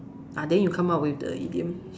ah then you come up with the idiom